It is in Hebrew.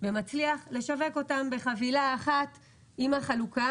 ומצליח לשווק אותם בחבילה אחת עם החלוקה,